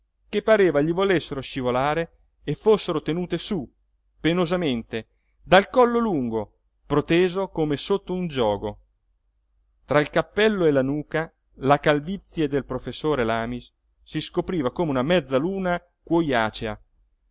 che pareva gli volessero scivolare e fossero tenute su penosamente dal collo lungo proteso come sotto un giogo tra il cappello e la nuca la calvizie del professor lamis si scopriva come una mezza luna